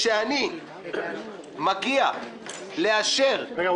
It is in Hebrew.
כשאני מגיע לאשר את תקנון -- רגע,